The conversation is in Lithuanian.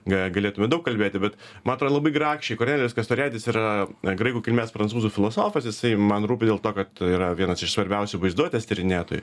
ga galėtume daug kalbėti bet man atrodo labai grakščiai kornelijus kastorijadis yra graikų kilmės prancūzų filosofas jisai man rūpi dėl to kad yra vienas iš svarbiausių vaizduotės tyrinėtojų